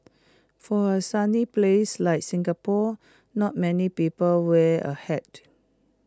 for A sunny place like Singapore not many people wear A hat